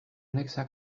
anexa